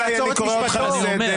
יוראי, אני קורא אותך לסדר.